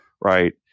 right